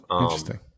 Interesting